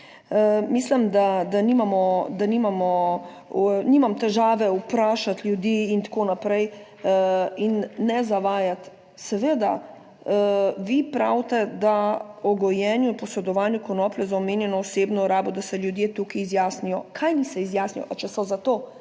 da nimamo, nimam težave vprašati ljudi in tako naprej in ne zavajati. Seveda, vi pravite, da o gojenju in posedovanju konoplje za omenjeno osebno rabo, da se ljudje tukaj izjasnijo. Kaj naj se izjasnijo, če so za to,